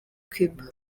cuba